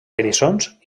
eriçons